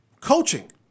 coaching